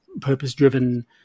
purpose-driven